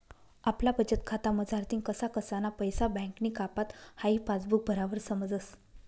आपला बचतखाता मझारतीन कसा कसाना पैसा बँकनी कापात हाई पासबुक भरावर समजस